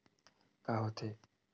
का होथे?